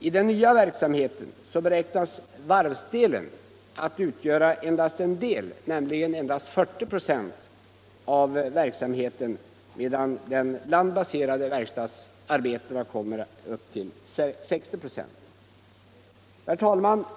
I den nya verksamheten beräknas varvsdelen utgöra endast ungefär 40 4 medan den landbaserade verksamheten kommer att uppgå till 60 2. Herr talman!